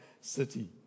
city